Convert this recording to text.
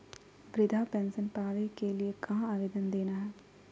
वृद्धा पेंसन पावे के लिए कहा आवेदन देना है?